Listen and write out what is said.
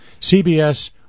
CBS